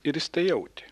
ir jis tai jautė